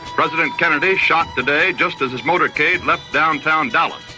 president kennedy shot today just as his motorcade left downtown dallas.